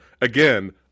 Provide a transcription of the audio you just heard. Again